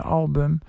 album